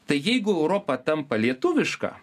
tai jeigu europa tampa lietuviška